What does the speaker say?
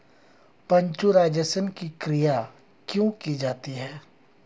Pasteurisation की क्रिया क्यों की जाती है?